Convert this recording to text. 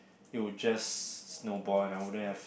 it will just snowball and I wouldn't have